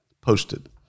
Posted